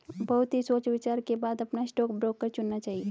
बहुत ही सोच विचार के बाद अपना स्टॉक ब्रोकर चुनना चाहिए